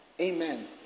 amen